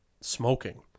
smoking